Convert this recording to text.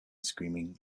screaming